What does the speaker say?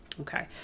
Okay